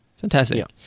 fantastic